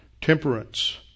temperance